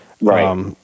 Right